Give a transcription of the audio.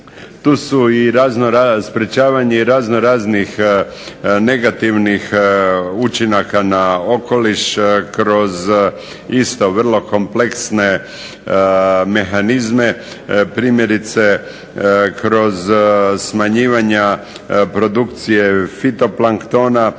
Tu je i sprečavanje razno-raznih negativnih učinaka na okoliš kroz isto vrlo kompleksne mehanizme, primjerice kroz smanjivanja produkcije fitoplaktona